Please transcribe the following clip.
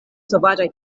sovaĝaj